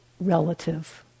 relative